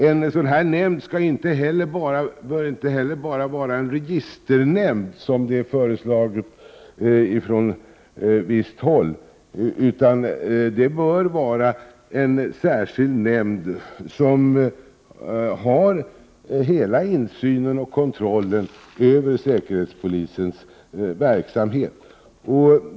En sådan nämnd bör inte heller bara vara en registernämnd, som har föreslagits från visst håll. Det bör vara en särskild nämnd som har hela insynen i och kontrollen av säkerhetspolisens verksamhet.